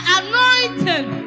anointed